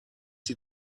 die